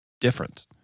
Different